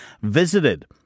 visited